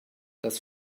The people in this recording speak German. das